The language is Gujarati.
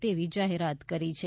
તેવી જાહેરાત કરી છે